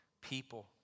people